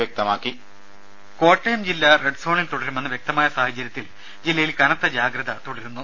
voice രുഭ കോട്ടയം ജില്ല റെഡ്സോണിൽ തുടരുമെന്ന് വ്യക്തമായ സാഹചര്യത്തിൽ ജില്ലയിൽ കനത്ത ജാഗ്രത തുടരുന്നു